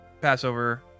Passover